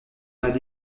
pas